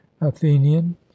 athenian